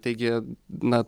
taigi na